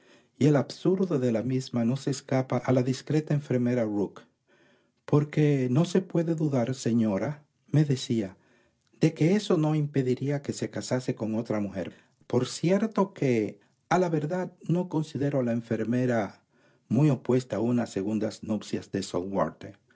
y el absurdo de la misma no se escapa a la discreta enfermera rook porque no se puede dudar señorame decíade que eso no impediría que se casase con otra mujer por cierto que a la verdad no considero a la enfermera muy opuesta a unas segundas nupcias de sir